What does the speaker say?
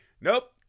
Nope